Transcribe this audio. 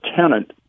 tenant